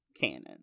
canon